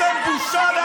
אתה לא תלמד אותנו לא